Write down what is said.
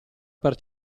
per